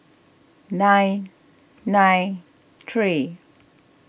nine nine three